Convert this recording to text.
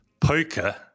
poker